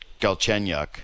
Galchenyuk